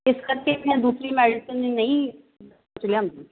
ਇਸ ਕਰਕੇ ਮੈਂ ਦੂਸਰੀ ਮੈਡੀਸਿਨ ਨਹੀਂ ਲਿਆਉਂਦੀ